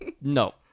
no